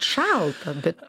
šalta bet